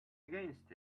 against